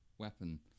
weapon